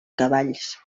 cavalls